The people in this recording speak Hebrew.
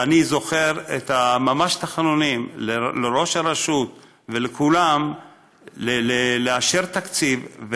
ואני זוכר ממש תחנונים לראש הרשות ולכולם לאשר תקציב,